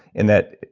in that,